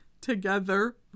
together